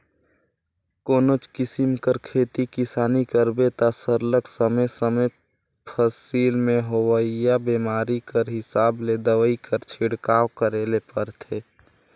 कोनोच किसिम कर खेती किसानी करबे ता सरलग समे समे फसिल में होवइया बेमारी कर हिसाब ले दवई कर छिड़काव करे ले परथे